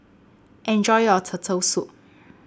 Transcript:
Enjoy your Turtle Soup